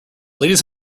ladies